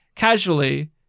Casually